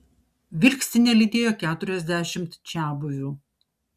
vilkstinę lydėjo keturiasdešimt čiabuvių